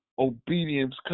obedience